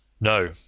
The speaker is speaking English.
No